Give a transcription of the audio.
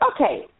Okay